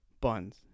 buns